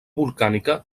volcànica